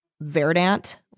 verdant